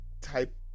type